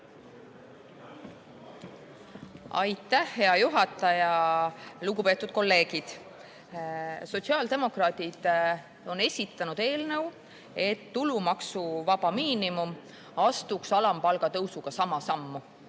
Aitäh, hea juhataja! Lugupeetud kolleegid! Sotsiaaldemokraadid on esitanud eelnõu, et tulumaksuvaba miinimum astuks alampalga tõusuga sama sammu